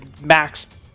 max